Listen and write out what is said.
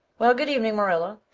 well, good evening, marilla.